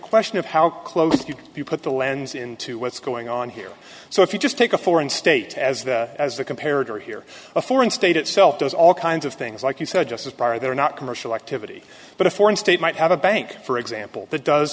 question of how close you can be put the lens into what's going on here so if you just take a foreign state as the as the compared are here a foreign state itself does all kinds of things like you said just as prior they were not commercial activity but a foreign state might have a bank for example that does